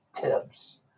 tips